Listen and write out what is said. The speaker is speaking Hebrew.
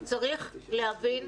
צריך להבין,